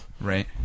Right